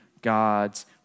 God's